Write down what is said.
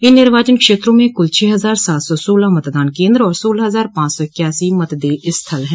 इन निर्वाचन क्षेत्रों में कुल छः हजार सात सौ सोलह मतदान केन्द्र और सोलह हजार पांच सौ इक्यासी मतदेय स्थल हैं